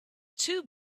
two